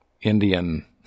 Indian